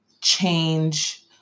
change